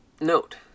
Note